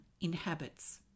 inhabits